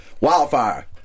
wildfire